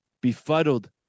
Befuddled